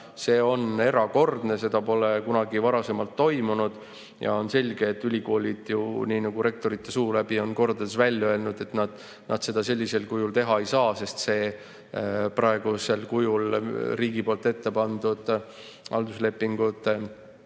See on erakordne, seda pole kunagi varem toimunud. On selge, et ülikoolid rektorite suu läbi on kordades välja öelnud, et nad seda sellisel kujul teha ei saa, sest see praegusel kujul riigi poolt ette pandud halduslepingute